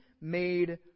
made